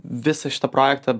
visą šitą projektą